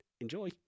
Enjoy